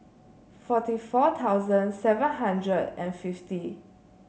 forty four thousand seven hundred and fifty